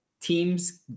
teams